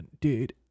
Dude